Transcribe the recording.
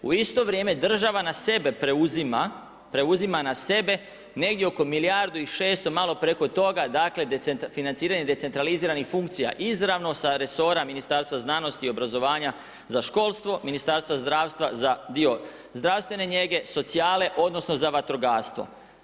U isto vrijeme država na sebe preuzima negdje oko milijardu i 600, malo preko toga dakle financiranje decentraliziranih funkcija izravno sa resora Ministarstva znanosti i obrazovanja za školstvo, Ministarstva zdravstva za dio zdravstvene njege, socijale odnosno za vatrogastvo.